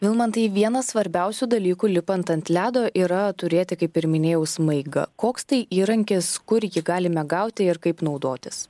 vilmantai vienas svarbiausių dalykų lipant ant ledo yra turėti kaip ir minėjau smaigą koks tai įrankis kur jį galime gauti ir kaip naudotis